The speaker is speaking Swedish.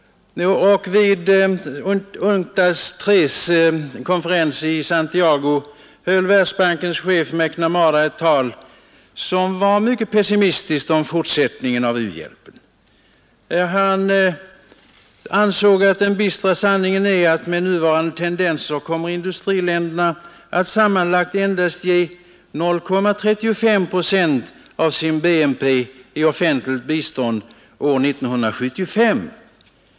Vid UNCTAD III-konferensen i Santiago höll Världsbankens chef McNamara ett tal, som var mycket pessimistiskt i fråga om fortsättningen av u-hjälpen. Han ansåg att den bistra sanningen är att med nuvarande tendenser kommer industriländerna att sammanlagt endast ge 0,35 procent av sin BNP i offentligt bistånd år 1975.